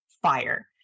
fire